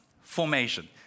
formation